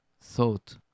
thought